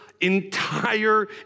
entire